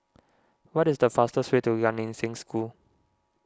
what is the fastest way to Gan Eng Seng School